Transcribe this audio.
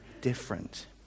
different